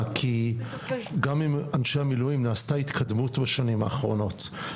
כי גם עם אנשי המילואים נעשתה התקדמות בשנים האחרונות.